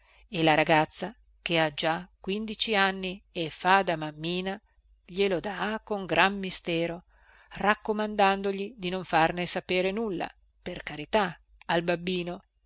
e la ragazza che ha già quindici anni e fa da mammina glielo dà con gran mistero raccomandandogli di non farne sapere nulla per carità al babbino